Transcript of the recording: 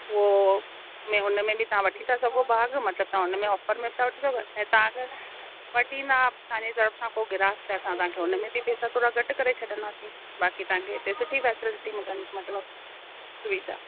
उओ में उनमें बि तव्हां वठी था सघो भागु मतिलबु तव्हां उनमें ऑफर में तव्हां वठी सघो ऐं तव्हां अगरि वठी ईंदा पंहिंजी तरफ सां को गिराक त असां तव्हांखे उनमें बि पेसा थोरा घटि करे छॾंदासीं बाक़ी तव्हांखे हिते सुठी फैसेलिटी मिलंदी मतिलबु सुविधा